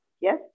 yes